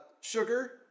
sugar